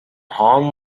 home